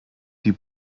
die